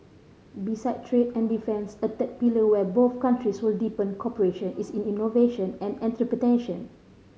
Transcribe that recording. beside trade and defence a third pillar where both countries will deepen cooperation is in innovation and enter predation